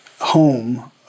home